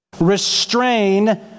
Restrain